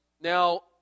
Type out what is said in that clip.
Now